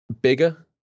bigger